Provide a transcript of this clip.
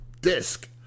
disc